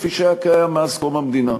כפי שהיה קיים מאז קום המדינה.